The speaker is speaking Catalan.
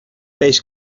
peix